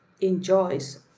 enjoys